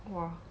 !wah!